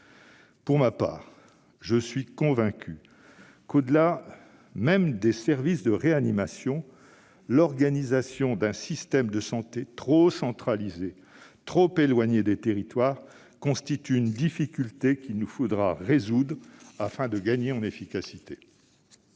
Pour ma part, je suis convaincu que, au-delà même des services de réanimation, l'organisation d'un système de santé trop centralisé et trop éloigné des territoires constitue une difficulté qu'il nous faudra résoudre afin de gagner en efficacité.